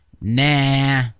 nah